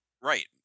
Right